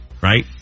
Right